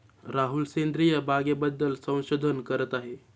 राहुल सेंद्रिय बागेबद्दल संशोधन करत आहे